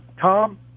Tom